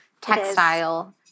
textile